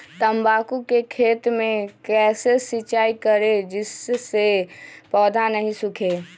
तम्बाकू के खेत मे कैसे सिंचाई करें जिस से पौधा नहीं सूखे?